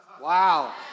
Wow